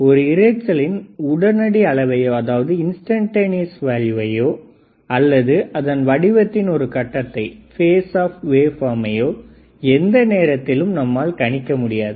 ஒரு இரைச்சலின் உடனடி அளவையோ அல்லது அதன் வடிவத்தில் ஒரு கட்டத்தை எந்த நேரத்திலும் நம்மால் கணிக்க முடியாது